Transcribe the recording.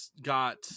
got